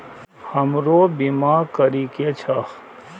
हमरो बीमा करीके छः?